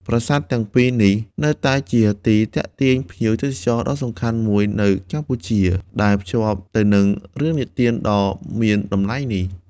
ប្រាសាទទាំងពីរនេះនៅតែជាទីទាក់ទាញភ្ញៀវទេសចរណ៍ដ៏សំខាន់មួយនៅកម្ពុជា ដែលភ្ជាប់ទៅនឹងរឿងនិទានដ៏មានតម្លៃនេះ។